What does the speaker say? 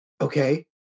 okay